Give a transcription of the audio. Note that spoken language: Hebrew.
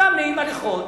אדם נעים הליכות,